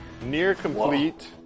near-complete